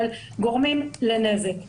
אבל גורמים לנזק.